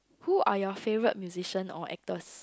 who are your favourite musician or actors